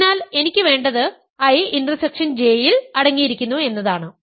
അതിനാൽ എനിക്ക് വേണ്ടത് I ഇന്റർസെക്ഷൻ J യിൽ അടങ്ങിയിരിക്കുന്നു എന്നതാണ്